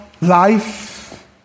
life